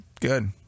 good